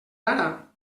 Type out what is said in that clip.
ara